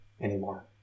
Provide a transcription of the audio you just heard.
anymore